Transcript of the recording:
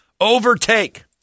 overtake